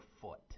foot